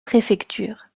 préfecture